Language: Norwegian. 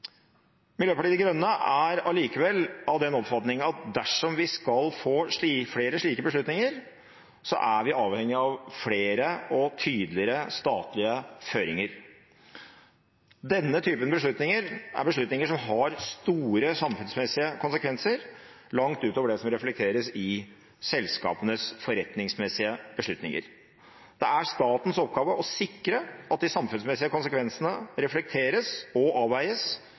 Miljøpartiet De Grønne er allikevel av den oppfatning at dersom vi skal få flere slike beslutninger, er vi avhengige av flere og tydeligere statlige føringer. Denne typen beslutninger er beslutninger som har store samfunnsmessige konsekvenser langt utover det som reflekteres i selskapenes forretningsmessige beslutninger. Det er statens oppgave å sikre at de samfunnsmessige konsekvensene reflekteres og avveies